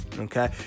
Okay